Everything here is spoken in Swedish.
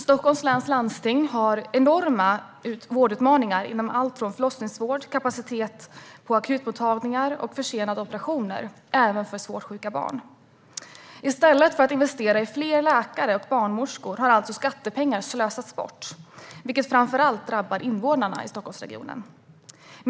Stockholms läns landsting har enorma vårdutmaningar inom alltifrån förlossningsvård, kapacitet på akutmottagningar och försenade operationer - även för svårt sjuka barn. I stället för att investera i fler läkare och barnmorskor har alltså skattepengar slösats bort, vilket framför allt drabbar invånarna i Stockholmsregionen.